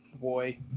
boy